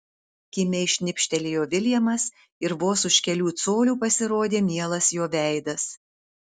kimiai šnibžtelėjo viljamas ir vos už kelių colių pasirodė mielas jo veidas